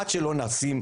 עד שלא נשים,